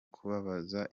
kubabaza